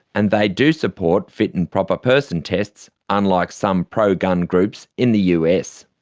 and they do support fit and proper person tests, unlike some pro-gun groups in the us.